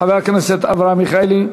חבר הכנסת מיכאלי,